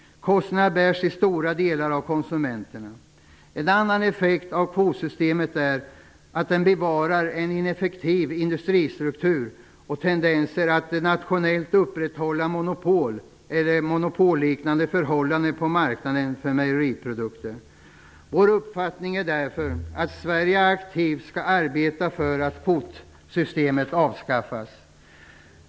Kostnaderna bärs till stora delar av konsumenterna. En annan effekt av kvotsystemet är att det bevarar en ineffektiv industristruktur och tendenser att nationellt upprätthålla monopol eller monopolliknande förhållanden på marknaden för mejeriprodukter. Vår uppfattning är därför att Sverige aktivt skall arbeta för att kvotsystemet avskaffas.